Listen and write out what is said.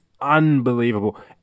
unbelievable